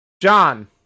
John